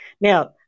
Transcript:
Now